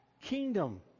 kingdom